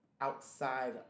outside